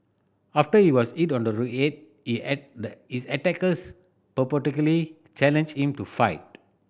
after he was hit on the head his attackers purportedly challenged him to fight